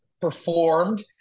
performed